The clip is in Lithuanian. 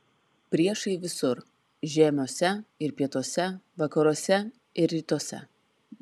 priešai visur žiemiuose ir pietuose vakaruose ir rytuose